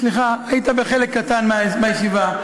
סליחה, היית בחלק קטן מהישיבה.